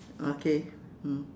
okay mm